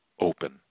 open